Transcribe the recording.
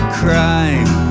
crime